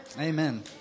Amen